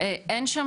אין שם